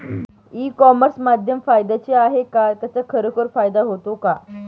E commerce माध्यम फायद्याचे आहे का? त्याचा खरोखर फायदा होतो का?